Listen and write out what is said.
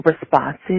responses